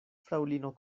fraŭlino